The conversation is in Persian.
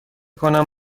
کنم